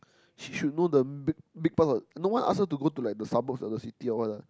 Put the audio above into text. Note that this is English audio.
she should know the big big parts no one ask her to go to like the suburb or the city or what ah